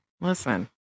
Listen